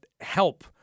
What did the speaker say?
help